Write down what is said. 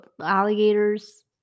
alligators